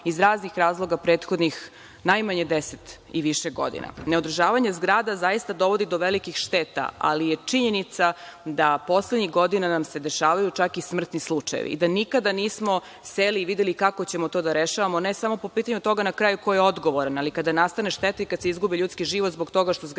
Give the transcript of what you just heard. iz raznih razloga prethodnih najmanje deset i više godina. Neodržavanje zgrada zaista dovodi do velikih šteta, ali je činjenica da nam se poslednjih godina dešavaju čak i smrtni slučajevi i da nikada nismo seli i videli kako ćemo to da rešavamo, ne samo po pitanju toga ko je na kraju odgovoran, ali kada nastane šteta i kad se izgubi ljudski život zbog toga što zgrade